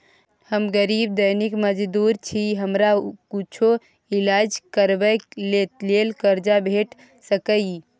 हम गरीब दैनिक मजदूर छी, हमरा कुछो ईलाज करबै के लेल कर्जा भेट सकै इ?